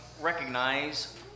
recognize